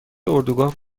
اردوگاه